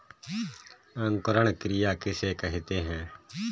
अंकुरण क्रिया किसे कहते हैं?